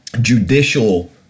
judicial